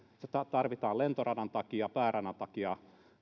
se tarvitaan lentoradan takia pääradan takia